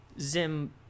zim